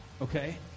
okay